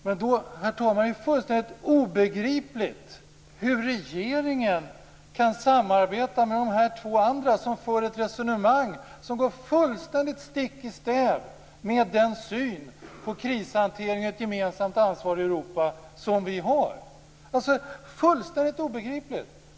Men då, herr talman, är det fullständigt obegripligt att regeringen kan samarbeta med de här två andra som för ett resonemang som fullständigt går stick i stäv med den syn på krishantering och ett gemensamt ansvar i Europa som vi har. Det är fullständigt obegripligt.